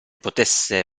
potesse